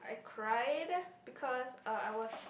I cried because uh I was